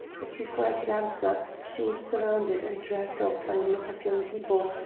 but before i could answer, she was surrounded and dragged off by a knot of young people,